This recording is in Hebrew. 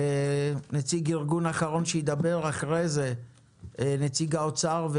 אחרי זה נציג האוצר,